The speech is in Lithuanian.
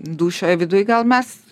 dūšioj viduj gal mes